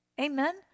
Amen